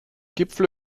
gipfel